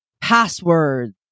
passwords